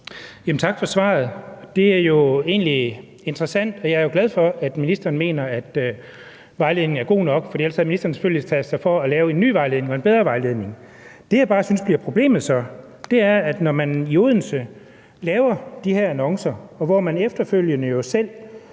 Tak for svaret. Det er jo egentlig interessant. Jeg er jo glad for, at ministeren mener, at vejledningen er god nok, for ellers havde ministeren selvfølgelig sat sig for at lave en ny vejledning og en bedre vejledning. Det, jeg bare så synes bliver problemet, er, når man i Odense laver de her annoncer, hvor man efterfølgende selv